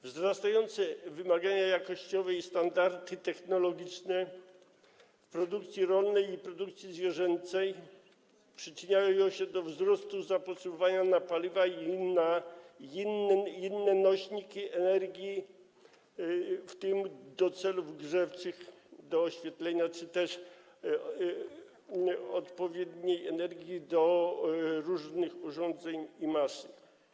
Wzrastające wymagania jakościowe i standardy technologiczne w produkcji rolnej i produkcji zwierzęcej przyczyniają się do wzrostu zapotrzebowania na paliwa i na nośniki energii do celów grzewczych, do oświetlenia czy też odpowiedniej energii do różnych urządzeń i maszyn.